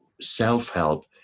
self-help